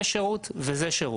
זה שירות וזה שירות.